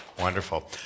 wonderful